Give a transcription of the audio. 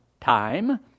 time